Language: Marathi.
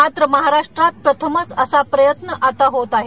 मात्र महाराष्ट्रात प्रथमच असा प्रयत्न आता होत आहे